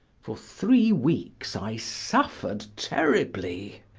for three weeks i suffered terribly.